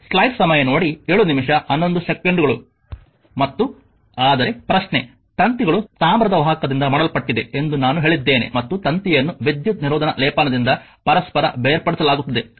ಮತ್ತು ಆದರೆ ಪ್ರಶ್ನೆ ತಂತಿಗಳು ತಾಮ್ರದ ವಾಹಕದಿಂದ ಮಾಡಲ್ಪಟ್ಟಿದೆ ಎಂದು ನಾನು ಹೇಳಿದ್ದೇನೆ ಮತ್ತು ತಂತಿಯನ್ನು ವಿದ್ಯುತ್ ನಿರೋಧನ ಲೇಪನದಿಂದ ಪರಸ್ಪರ ಬೇರ್ಪಡಿಸಲಾಗುತ್ತದೆ